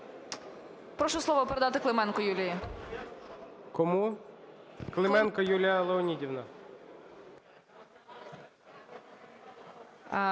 Прошу слово передати Клименко Юлії. ГОЛОВУЮЧИЙ. Кому? Клименко Юлія Леонідівна.